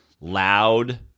Loud